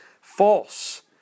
False